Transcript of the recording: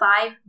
five